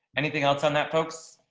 anything else on that, folks.